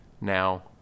Now